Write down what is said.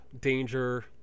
danger